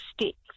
sticks